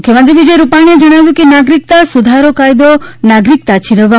મુખ્યમંત્રી વિજય રૂપાણીએ જણાવ્યું કે નાગરિકતા સુધારો કાયદો નાગરિકતા છીનવવા